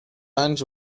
anys